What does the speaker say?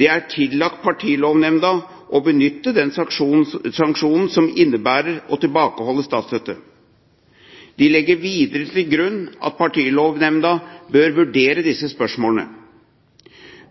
Det er tillagt partilovnemnda å benytte den sanksjonen som innebærer å tilbakeholde statsstøtte. De legger videre til grunn at partilovnemnda bør vurdere disse spørsmålene.